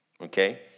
okay